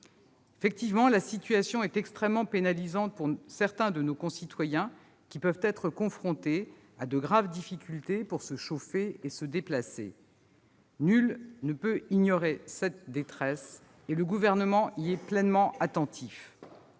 Effectivement, la situation est extrêmement pénalisante pour certains de nos concitoyens qui peuvent être confrontés à de graves difficultés pour se chauffer ou se déplacer. Nul ne peut ignorer cette détresse et le Gouvernement y est pleinement attentif.